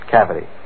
Cavity